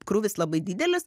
krūvis labai didelis